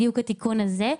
בדיוק התיקון הזה,